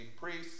priests